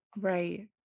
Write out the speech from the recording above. Right